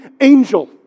angel